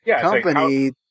company